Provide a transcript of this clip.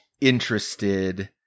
interested